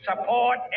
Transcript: support